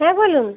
হ্যাঁ বলুন